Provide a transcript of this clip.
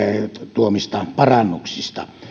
tuomista parannuksista